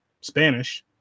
Spanish